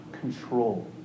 control